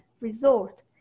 resort